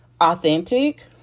authentic